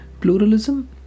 pluralism